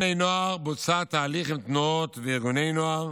לבני נוער, בוצע תהליך עם תנועות וארגוני נוער